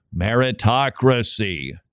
meritocracy